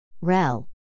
REL